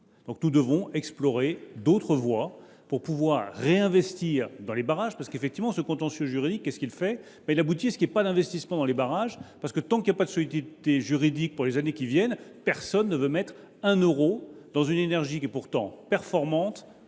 moi ! Nous devons donc explorer d’autres voies pour pouvoir réinvestir dans les barrages. En effet, ce contentieux juridique aboutit à ce qu’il n’y ait pas d’investissement dans les barrages : tant qu’il n’y a pas de solidité juridique pour les années qui viennent, personne ne veut mettre un euro dans une énergie qui est pourtant performante,